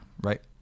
right